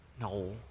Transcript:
No